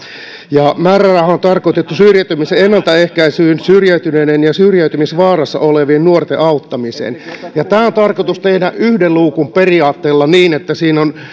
ja määräraha on tarkoitettu syrjäytymisen ennaltaehkäisyyn syrjäytyneiden ja syrjäytymisvaarassa olevien nuorten auttamiseen ja tämä on tarkoitus tehdä yhden luukun periaatteella niin että siinä ovat